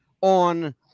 on